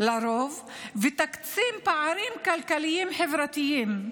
לרוב ותקטין פערים כלכליים חברתיים.